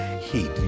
heat